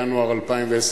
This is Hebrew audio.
ינואר 2010,